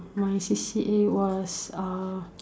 my C_C_A was uh